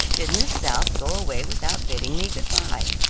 did miss south go away without bidding me good-bye?